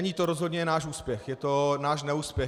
Není to rozhodně náš úspěch, je to náš neúspěch.